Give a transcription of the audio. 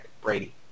Brady